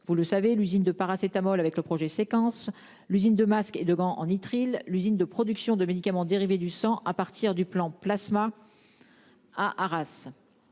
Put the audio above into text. vous le savez, l'usine de paracétamol avec le projet séquence. L'usine de masques et de gants en nitrites. L'usine de production de médicaments dérivés du sang. À partir du plan plasma. À Arras.